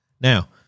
Now